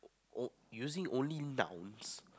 oh using only nouns